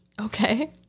Okay